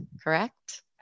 correct